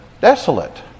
desolate